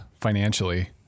financially